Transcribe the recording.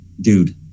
dude